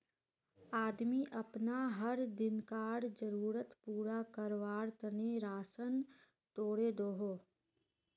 आदमी अपना हर दिन्कार ज़रुरत पूरा कारवार तने राशान तोड़े दोहों